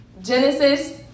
Genesis